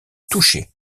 touché